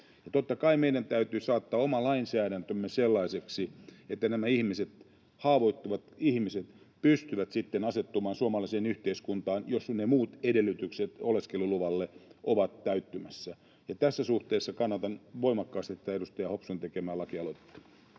Totta kai meidän täytyy saattaa oma lainsäädäntömme sellaiseksi, että nämä ihmiset, haavoittuvat ihmiset, pystyvät sitten asettumaan suomalaiseen yhteiskuntaan, jos ne muut edellytykset oleskeluluvalle ovat täyttymässä. Ja tässä suhteessa kannatan voimakkaasti tätä edustaja Hopsun tekemää lakialoitetta.